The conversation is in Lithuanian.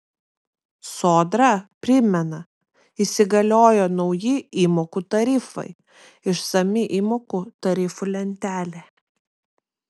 sodra primena įsigaliojo nauji įmokų tarifai išsami įmokų tarifų lentelė